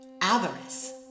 avarice